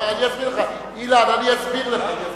אילן, אני אסביר לך.